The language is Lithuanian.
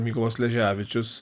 mykolas sleževičius